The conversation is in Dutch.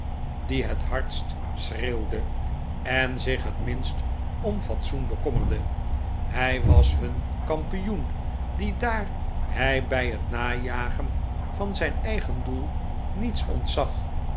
die het hardst schreeuwde en zich het minst om fatsoen bekommerde hij was hun kampioen die daar hij bij het najagen van zijn eigen doel niets ontzag